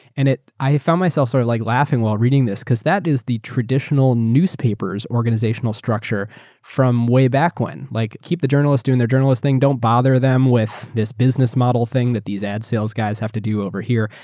and i found myself sort of like laughing while reading this, because that is the traditional newspapers organizational structure from way back when. like keep the journalist doing their journalist thing, don't bother them with this business model thing that these ad sales guys have to do over here.